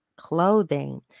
clothing